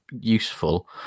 useful